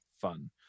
fun